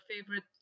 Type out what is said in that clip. favorite